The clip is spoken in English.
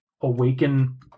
awaken